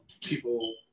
people